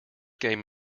game